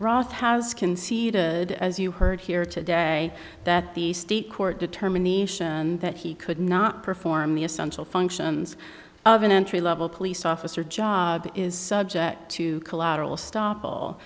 h has conceded as you heard here today that the state court determination that he could not perform the essential functions of an entry level police officer job is subject to collateral stop